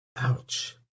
Ouch